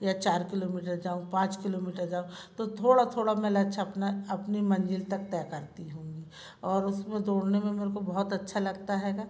या चार किलोमीटर जाऊँ पाँच किलोमीटर जाऊँ तो थोड़ा थोड़ा मैं लक्ष्य अपना अपनी मंजिल तक तय करती हूँगी और उसमें दौड़न में मेरे को बहुत अच्छा लगता हैगा